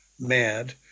mad